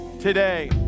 today